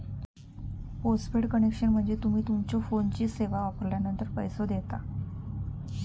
postpaid connection म्हणजे तुम्ही तुमच्यो फोनची सेवा वापरलानंतर पैसो देता